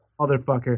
motherfucker